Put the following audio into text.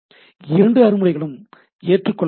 இரண்டு அணுகுமுறைகளும் ஏற்றுக்கொள்ளப்பட்டவைகள்